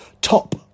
top